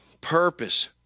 purpose